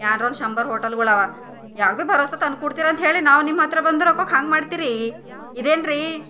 ಯಾನ್ರಾ ಒಂದು ಶಂಬರ್ ಹೋಟೆಲ್ಗಳಾವ ಯಾವುದೋ ಭರೋಸಾ ತಂದು ಕುಡ್ತೀರಂತ್ಹೇಳಿ ನಾವು ನಿಮ್ಮ ಹತ್ತಿರ ಬಂದ್ರೆ ರೊಕ್ಕಕ್ಕೆ ಹಾಂಗೆ ಮಾಡ್ತೀರ್ರೀ ಇದೇನ್ರಿ